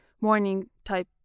morning-type